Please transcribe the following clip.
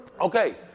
Okay